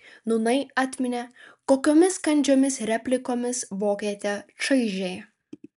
nūnai atminė kokiomis kandžiomis replikomis vokietę čaižė